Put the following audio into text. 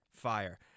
fire